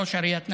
ראש עיריית נצרת.